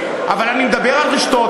אבל אני מדבר על רשתות,